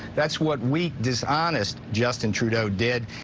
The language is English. that's what weak, dishonest justin trudeau did.